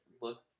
look